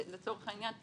לצורך העניין,